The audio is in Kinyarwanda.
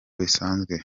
bisanzwe